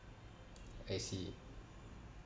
I see